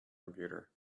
computer